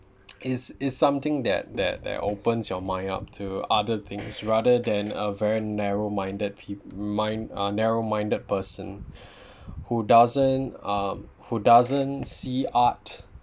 is is something that that that opens your mind up to other things rather than a very narrow minded peop~ mind uh narrow minded person who doesn't uh who doesn't see art